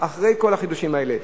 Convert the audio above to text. אחרי כל החידושים האלה?